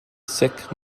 sikh